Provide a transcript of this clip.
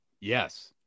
yes